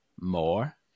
more